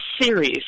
series